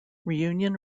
reunion